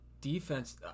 defense